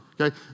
okay